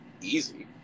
easy